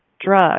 drug